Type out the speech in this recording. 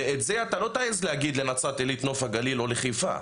ואת זה אתה לא תעז להגיד לנצרת עילית/נוף הגליל או לחיפה,